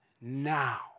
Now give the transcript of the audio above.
now